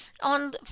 on